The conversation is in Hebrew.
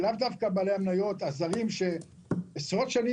ולאו דווקא בעלי המניות הזרים שבמשך עשרות שנים